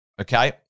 okay